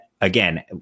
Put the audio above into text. again